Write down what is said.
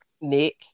Nick